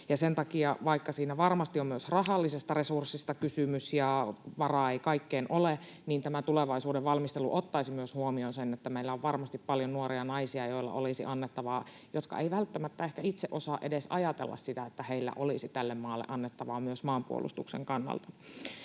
sitä. Ja vaikka siinä varmasti on myös rahallisesta resurssista kysymys ja varaa ei kaikkeen ole, niin tämän tulevaisuuden valmistelun pitäisi ottaa huomioon myös se, että meillä on varmasti paljon nuoria naisia, joilla olisi annettavaa ja jotka eivät välttämättä ehkä itse osaa edes ajatella sitä, että heillä olisi tälle maalle annettavaa myös maanpuolustuksen kannalta.